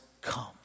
come